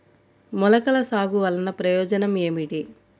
మొలకల సాగు వలన ప్రయోజనం ఏమిటీ?